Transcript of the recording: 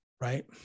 Right